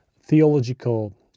Theological